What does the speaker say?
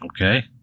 okay